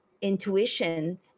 intuition